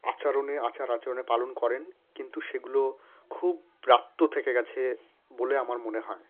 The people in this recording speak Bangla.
আচরণে আচার আচরণে পালন করেন কিন্তু সেগুলো খুব ব্রাত্য থেকে গেছে বলে আমার মনে হয়